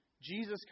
Jesus